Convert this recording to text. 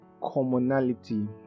commonality